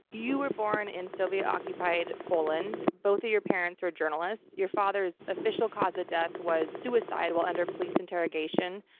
you were born in soviet occupied poland. both of your parents were journalists. your father's official cause of death was suicide while under police interrogation.